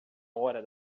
hora